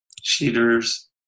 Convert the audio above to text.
cheaters